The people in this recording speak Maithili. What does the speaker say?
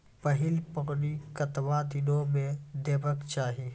पहिल पानि कतबा दिनो म देबाक चाही?